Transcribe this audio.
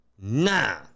nah